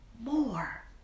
more